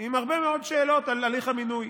עם הרבה מאוד שאלות על הליך המינוי.